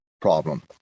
problem